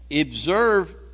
Observe